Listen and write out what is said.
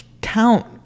count